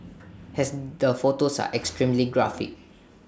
has the photos are extremely graphic